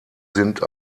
sind